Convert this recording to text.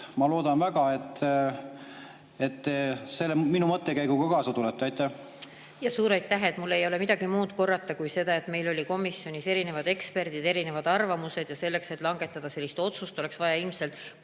Ma loodan väga, et te selle minu mõttekäiguga kaasa tulete. Suur aitäh! Mul ei ole midagi muud korrata kui seda, et meil olid komisjonis eksperdid, olid erinevad arvamused ja selleks, et langetada sellist otsust, oleks vaja ilmselt